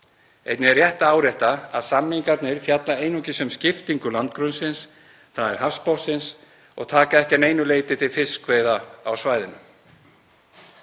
Einnig er rétt að árétta að samningarnir fjalla einungis um skiptingu landgrunnsins, þ.e. hafsbotnsins, og taka ekki að neinu leyti til fiskveiða á svæðinu.